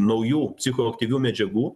naujų psichoaktyvių medžiagų